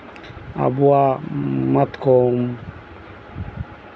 ᱟᱵᱚᱣᱟᱜ ᱢᱟᱛᱠᱚᱢ